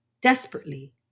desperately